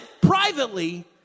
privately